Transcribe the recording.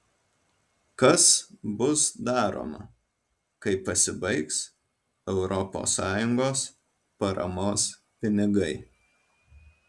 kas bus daroma kai pasibaigs europos sąjungos paramos pinigai